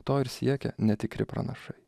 to ir siekia netikri pranašai